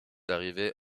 arriver